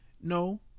No